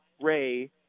Ray